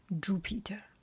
Jupiter